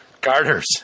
Garters